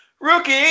rookie